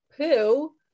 poo